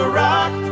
rock